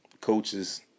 coaches